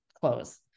close